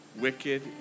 wicked